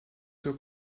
zur